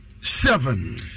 seven